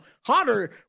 Hotter